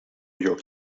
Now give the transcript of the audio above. york